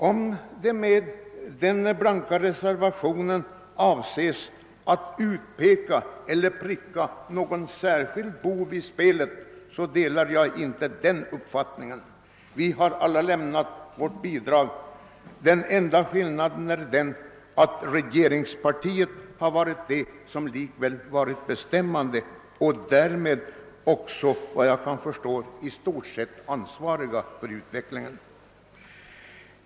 Om avsikten med den blanka reservationen är att pricka någon eller att utpeka någon särskild bov i spelet, så är jag inte med på denna linje. Vi har alla lämnat vårt bidrag. Den enda skillnaden är att regeringspartiet likväl varit bestämmande och därmed också, såvitt jag förstår, är ansvarigt för utvecklingen.